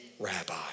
Rabbi